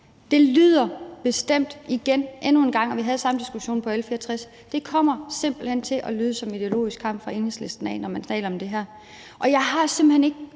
Det lyder bestemt igen, endnu en gang – og vi havde samme diskussion i forbindelse med L 64 – som en ideologisk kamp fra Enhedslistens side, når man taler om det her. Og jeg har simpelt hen ikke